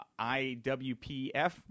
IWPF